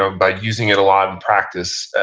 um by using it a lot in practice,